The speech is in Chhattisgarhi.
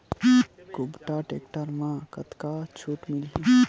कुबटा टेक्टर म कतका छूट मिलही?